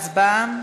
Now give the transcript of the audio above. להצבעה.